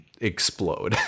explode